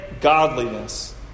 godliness